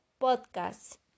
podcast